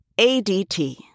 ADT